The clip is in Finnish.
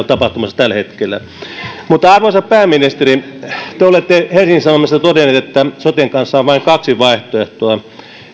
tapahtumassa tällä hetkellä arvoisa pääministeri te olette helsingin sanomissa todennut että soten kanssa on vain kaksi vaihtoehtoa